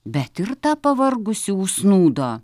bet ir ta pavargusi užsnūdo